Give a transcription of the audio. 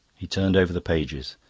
he turned over the pages.